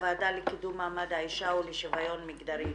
אני פותחת את הישיבה של הוועדה לקידום מעמד האישה ולשוויון מיגדרי,